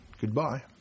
goodbye